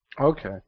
Okay